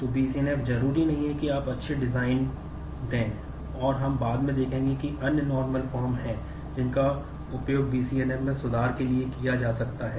तो BCNF जरूरी नहीं कि आप अच्छे डिजाइन हैं जिनका उपयोग BCNF में सुधार के लिए किया जा सकता है